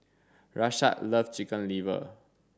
Rashaad loves chicken liver